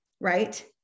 right